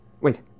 Wait